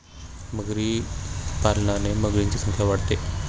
मगरी पालनाने मगरींची संख्या वाढते